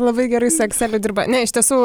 labai gerai su ekseliu dirba ne iš tiesų